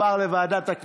ותועבר לוועדת החינוך.